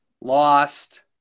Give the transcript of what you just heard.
lost